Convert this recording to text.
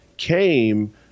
Came